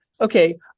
okay